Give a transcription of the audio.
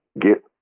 get